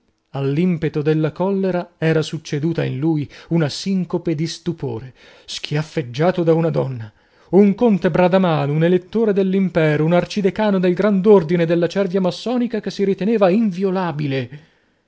all'impeto della collera era succeduta in lui una sincope di stupore schiaffeggiato da una donna un conte bradamano un elettore dell'impero un arcidecano del grand'ordine della cervia massonica che si riteneva inviolabile